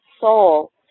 soul